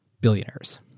billionaires